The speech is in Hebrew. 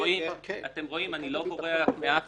אתם רואים, אני לא בורח מאף